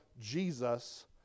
Jesus